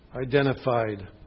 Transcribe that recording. Identified